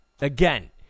Again